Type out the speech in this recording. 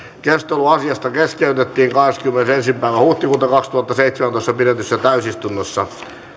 keskustelu asiasta keskeytettiin kahdeskymmenesensimmäinen neljättä kaksituhattaseitsemäntoista pidetyssä täysistunnossa